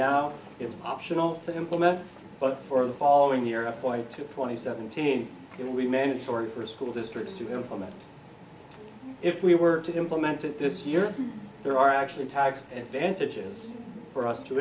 now it's optional to implement but for the following year a forty to twenty seventeen it will be mandatory for school districts to implement if we were to implement it this year there are actually tax advantages for us to